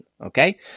Okay